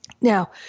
Now